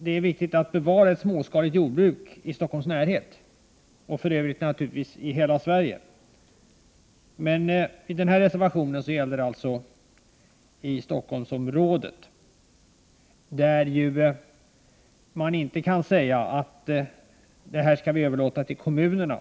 Det är viktigt att bevara ett småskaligt jordbruk i Stockholms närhet. Det gäller för övrigt naturligtvis också i hela Sverige, men reservationen i fråga gäller det småskaliga jordbruket i Stockholmsområdet. Man kan inte säga att den här frågan skall överlåtas till kommunerna.